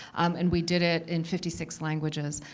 um and we did it in fifty six languages.